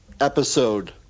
episode